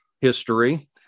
history